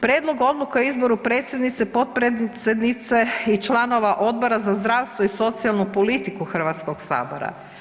Prijedlog odluke o izboru predsjednice, potpredsjednice i članova Odbora za zdravstvo i socijalnu politiku Hrvatskog sabora.